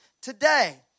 Today